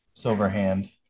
Silverhand